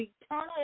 eternal